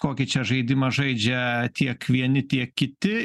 kokį čia žaidimą žaidžia tiek vieni tiek kiti